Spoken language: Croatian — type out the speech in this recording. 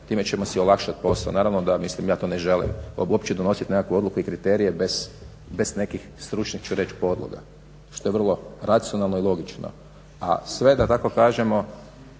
time ćemo si olakšati posao. Naravno da mislim, ja to ne želim, uopće donositi nekakvu odluku i kriterije bez nekih stručnih ću reći podloga što je vrlo racionalno i logično. A sve da tako kažemo